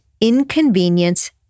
inconvenience